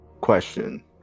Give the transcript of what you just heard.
question